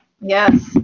Yes